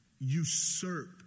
usurp